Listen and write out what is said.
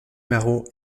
marot